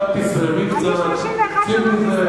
אל תחשדי בכולם,